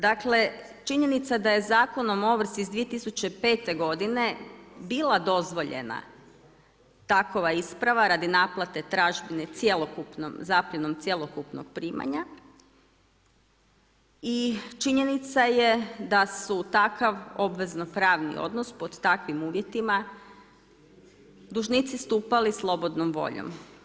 Dakle činjenica da je Zakonom o ovrsi iz 2005. godine bila dozvoljena takova isprava radi naplate tražbine zapljenom cjelokupnog primanja i činjenica je da su takav obvezno-pravni odnos pod takvim uvjetima dužnici stupali slobodnom voljom.